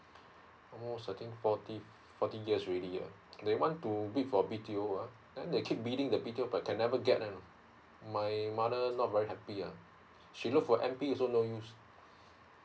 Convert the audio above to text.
for almost I think forty forty years already ah they want to bid forB T O uh then they keep bidding the B T O but can never get them ah my mother not very happy ah she look for M P also no use